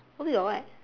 ubi got what